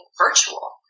virtual